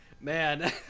Man